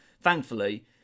Thankfully